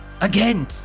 again